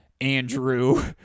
Andrew